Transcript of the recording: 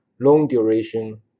long-duration